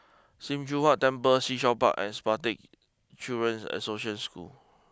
Sim Choon Huat Temple Sea Shell Park and Spastic Children's Association School